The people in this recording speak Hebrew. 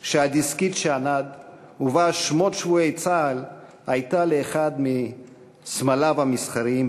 שהדסקית שענד ובה שמות שבויי צה"ל הייתה לאחד מ"סמליו המסחריים".